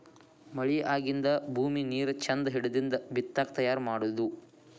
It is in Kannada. ಮಳಿ ಆಗಿಂದ ಭೂಮಿ ನೇರ ಚಂದ ಹಿಡದಿಂದ ಬಿತ್ತಾಕ ತಯಾರ ಮಾಡುದು